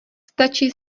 stačí